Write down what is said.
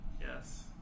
Yes